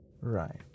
Right